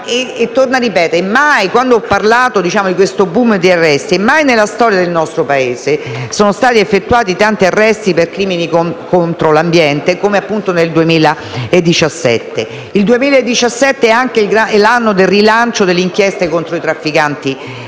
Torno a ripetere. Ho parlato di un *boom* di arresti, e mai nella storia del nostro Paese sono stati effettuati tanti arresti per crimini contro l'ambiente come nel 2017, che è anche l'anno del rilancio delle inchieste contro i trafficanti